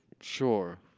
Sure